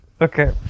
okay